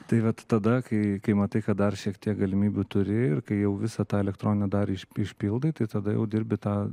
tai vat tada kai kai matai kad dar šiek tiek galimybių turi ir kai jau visą tą elektroną dar išpildai tai tada jau dirbi tą